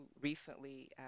recently